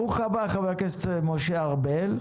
ברוך הבא, חה"כ משה ארבל.